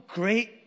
great